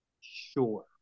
Sure